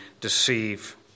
deceive